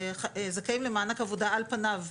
לאנשים שזכאים למענק עבודה על פניו,